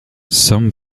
some